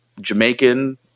Jamaican